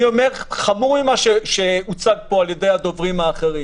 אני אומר חמור ממה שהוצג פה על ידי הדוברים האחרים